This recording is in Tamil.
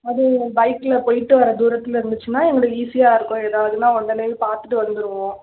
அது பைக்கில் போயிட்டு வர தூரத்தில் இருந்துச்சுன்னா எங்களுக்கு ஈஸியாக இருக்கும் ஏதாவுதுனா உடனே பார்த்துட்டு வந்துடுவோம்